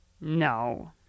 No